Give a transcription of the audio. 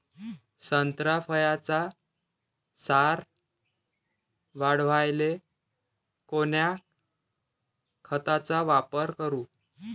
संत्रा फळाचा सार वाढवायले कोन्या खताचा वापर करू?